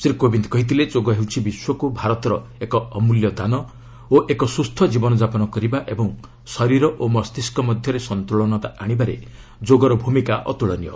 ଶ୍ରୀ କୋବିନ୍ଦ କହିଥିଲେ ଯୋଗ ହେଉଛି ବିଶ୍ୱକୁ ଭାରତର ଏକ ଅମ୍ବଲ୍ୟ ଦାନ ଓ ଏକ ସୁସ୍ଥ ଜୀବନଯାପନ କରିବା ଏବଂ ଶରୀର ଓ ମସ୍ତିଷ୍କ ମଧ୍ୟରେ ସନ୍ତୁଳନତା ଆଶିବାରେ ଯୋଗର ଭୂମିକା ଅତୁଳନୀୟ